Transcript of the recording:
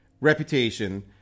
reputation